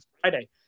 Friday